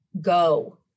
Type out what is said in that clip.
Go